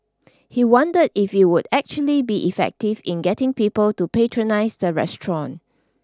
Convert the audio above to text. he wondered if it would actually be effective in getting people to patronize the restaurant